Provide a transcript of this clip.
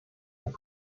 herr